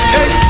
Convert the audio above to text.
Hey